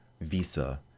visa